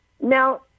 Now